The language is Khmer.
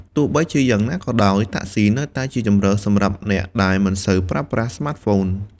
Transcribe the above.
ទោះបីជាយ៉ាងណាក៏ដោយ តាក់ស៊ីនៅតែជាជម្រើសសម្រាប់អ្នកដែលមិនសូវប្រើប្រាស់ស្មាតហ្វូន។